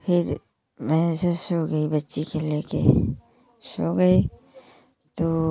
फिर मैं ऐसे सो गई बच्ची को लेके सो गई तो